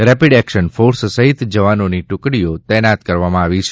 rapid action force સહિત જવાનોની ટુકડીમાં તૈનાત કરવામાં આવી છે